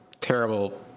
terrible